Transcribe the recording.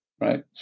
right